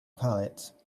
palate